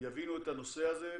יבינו את הנושא הזה.